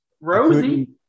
Rosie